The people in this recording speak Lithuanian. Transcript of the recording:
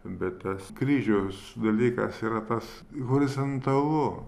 bet tas kryžiaus dalykas yra tas horizontalu